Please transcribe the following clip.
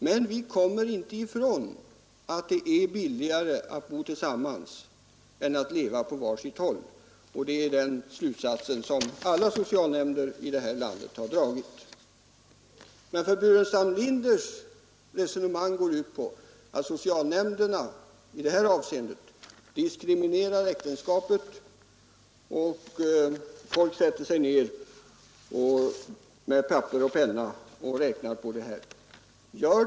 Men vi kommer inte ifrån att det är billigare att bo tillsammans än att leva på var sitt håll, och det är den slutsats som alla socialnämnder här i landet har dragit. Herr Burenstam Linders resonemang går ut på att socialnämnderna i dei här avseendet diskriminerar tenskapet — människorna sätter sig ned med papper och penna och räknar för att finna vad som är förmånligast.